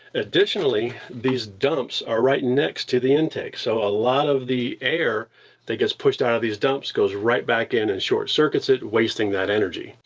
additionally, these dumps are right next to the intake, so a lot of the air that gets pushed out of these dumps goes right back in and short circuits it, wasting that energy.